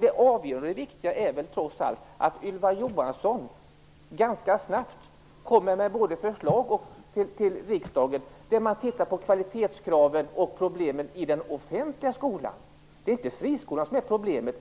Det avgörande är trots allt att Ylva Johansson ganska snabbt kommer med förslag till riksdagen när det gäller kvalitetskraven och problemen i den offentliga skolan. Det är inte friskolan som är problemet.